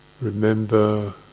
remember